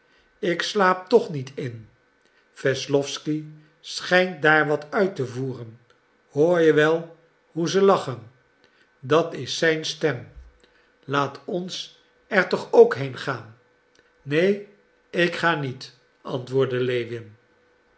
ik slaap toch niet in wesslowsky schijnt daar wat uit te voeren hoor je wel hoe ze lachen dat is zijn stem laat ons er toch ook heengaan neen ik ga niet antwoordde lewin